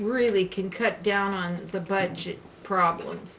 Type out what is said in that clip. really can cut down on the budget problems